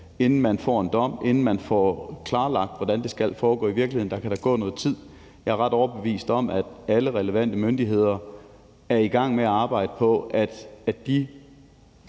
inden man får en dom, inden man får klarlagt, hvordan det i virkeligheden skal foregå, kan der gå noget tid. Jeg er ret overbevist om, at alle relevante myndigheder er i gang med at arbejde på, at de